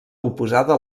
oposada